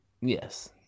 Yes